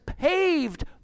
paved